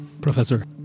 Professor